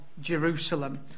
Jerusalem